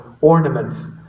ornaments